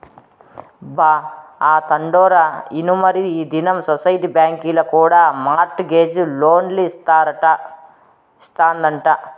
బా, ఆ తండోరా ఇనుమరీ ఈ దినం సొసైటీ బాంకీల కూడా మార్ట్ గేజ్ లోన్లిస్తాదంట